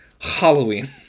Halloween